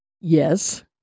yes